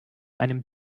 einem